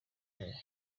yayo